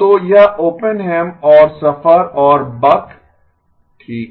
तो यह ओपेनहेम और शफ़र और बक ठीक है